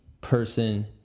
person